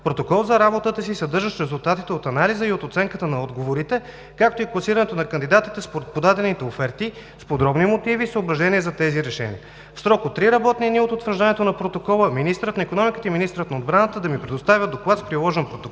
протокол за работата си, съдържащ резултатите от анализа и оценката на отговорите, както и класирането на кандидатите според подадените оферти с подробни мотиви и съображения за тези решения. В срок до три работни дни от утвърждаването на протокола министърът на икономиката и министърът на отбраната да ми предоставят доклад с приложен протокол